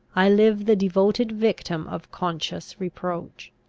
i live the devoted victim of conscious reproach.